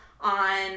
on